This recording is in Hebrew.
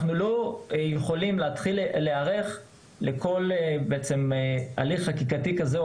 אנחנו לא יכולים להיערך לכל הליך חקיקתי כזה או